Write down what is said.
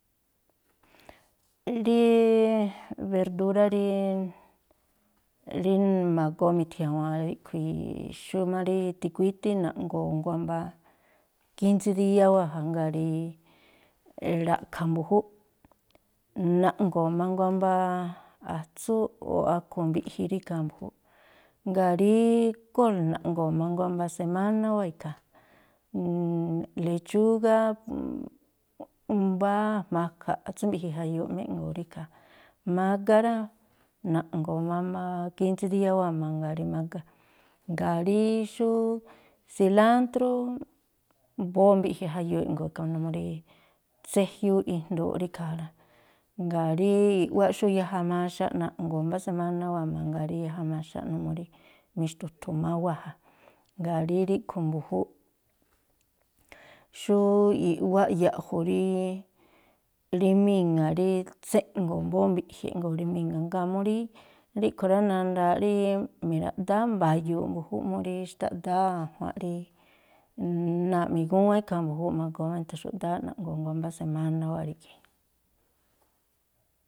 Rí berdúrá rí rí ma̱goo mi̱thia̱wa̱a ríꞌkhui̱ xú má rí tikuítí, na̱ꞌngo̱o̱ nguá mbá kínsí díá wáa̱ ja. Jngáa̱ rí ra̱ꞌkha̱ mbu̱júúꞌ, na̱ꞌngo̱o̱ má nguá mbá atsú o̱ akhu̱ mbiꞌji rí ikhaa mbu̱júúꞌ. Jngáa̱ rí kól, na̱ꞌngo̱o̱ má nguá mbá semána wáa̱ ikhaa. lechúgá mbá a̱jma̱ kha̱ꞌ atsú mbi̱ꞌji jayuuꞌ má e̱ꞌngo̱o̱ rí ikhaa. Mágá rá, na̱ꞌngo̱o̱ má mbá kínsí díá wáa̱ mangaa rí mágá. Jngáa̱ rí xú silántrú mbóó mbiꞌji jayuuꞌ e̱ꞌngo̱o̱ ikhaa numuu rí tséjiúúꞌ ijndooꞌ rí ikhaa rá. Jngáa̱ rí i̱ꞌwáꞌ xú yaꞌja maxaꞌ na̱ꞌngo̱o̱ mbá semáná wáa̱ mangaa rí yaja maxaꞌ numuu rí mixtu̱thu̱ má wáa̱ ja. Jngáa̱ rí ríꞌkhui̱ mbu̱júúꞌ, xú i̱ꞌwáꞌ ya̱ꞌju̱ rí rí míŋa̱ rí tséꞌngo̱o̱, mbóó mbiꞌji e̱ꞌngo̱o̱ rí míŋa̱. Jngáa̱ mú rí ríꞌkhui̱ rá, nandaaꞌ rí mi̱raꞌdáá mba̱yu̱u̱ꞌ mbu̱júúꞌ, mú rí xtaꞌdáá a̱jua̱nꞌ rí náa̱ꞌ migúwán ikhaa mbu̱júúꞌ, ma̱goo má mi̱tha̱xu̱ꞌdááꞌ na̱ꞌngo̱o̱ nguá mbá semáná wáa̱ rí ikhí.